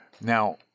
Now